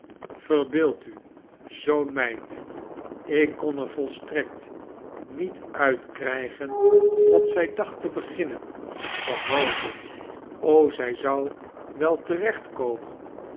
verbeeld u zoo'n meid ik kon er volstrekt niet uit krygen wat zy dacht te beginnen behalve p o zy zou wel